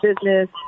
business